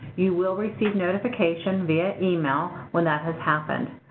you will receive notification via email when that has happened.